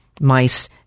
mice